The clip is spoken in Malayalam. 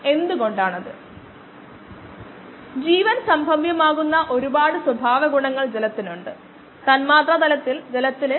1 ഇത് ഇത് സമാന ഗ്രാഫ് ആണ് ഈ സ്ലോപ്പ് 58